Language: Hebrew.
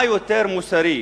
מה יותר מוסרי,